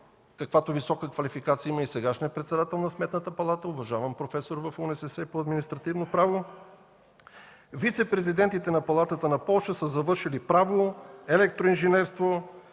каквато висока квалификация има и сегашният председател на Сметната палата, уважаван професор в УНСС по административно право. Вицепрезидентите на Палатата на Полша са завършили право, електроинженерство,